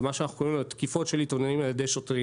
ומה שאנחנו קוראים לו תקיפות של עיתונאים על ידי שוטרים.